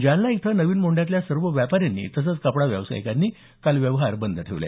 जालना इथं नवीन मोंढ्यातल्या सर्व व्यापाऱ्यांनी तसंच कपडा व्यावसायिकांनी व्यवहार बंद ठेवले